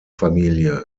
familie